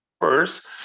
first